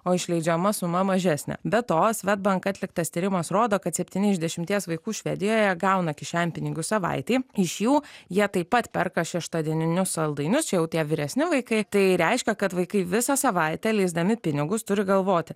o išleidžiama suma mažesnė be to swedbank atliktas tyrimas rodo kad septyni iš dešimties vaikų švedijoje gauna kišenpinigių savaitei iš jų jie taip pat perka šeštadieninius saldainius jau tie vyresni vaikai tai reiškia kad vaikai visą savaitę leisdami pinigus turi galvoti